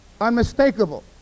unmistakable